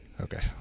Okay